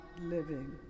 living